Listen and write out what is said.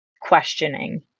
questioning